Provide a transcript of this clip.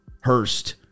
Hurst